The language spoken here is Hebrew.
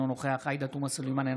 אינו נוכח עאידה תומא סלימאן,